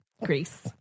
Greece